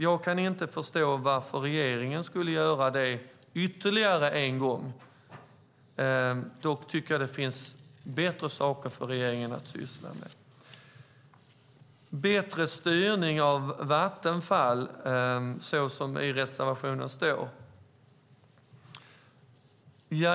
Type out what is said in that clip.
Jag kan inte förstå varför regeringen skulle göra det ytterligare en gång. Det finns bättre saker för regeringen att syssla med. Bättre styrning av Vattenfall talas det om i reservationen.